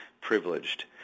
privileged